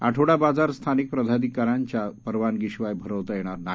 आठवडा बाजार स्थानिक प्राधिकाऱ्यांच्या परवानगीशिवाय भरवता येणार नाही